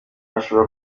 ashobora